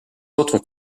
autres